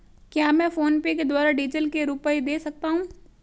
क्या मैं फोनपे के द्वारा डीज़ल के रुपए दे सकता हूं?